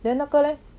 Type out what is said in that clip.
then 那个 leh